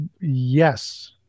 Yes